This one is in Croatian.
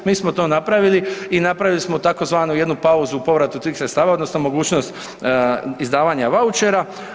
Mi smo to napravili i napravili smo tzv. jednu pauzu u povratu tih sredstava odnosno mogućnost izdavanja vaučera.